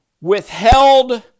withheld